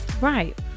right